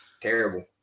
terrible